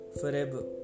forever